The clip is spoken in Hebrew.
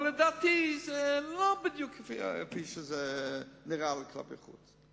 אבל לדעתי זה לא בדיוק כמו שזה נראה כלפי חוץ.